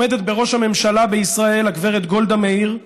עומדת בראש הממשלה בישראל הגברת גולדה מאיר.